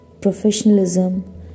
professionalism